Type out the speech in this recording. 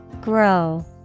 Grow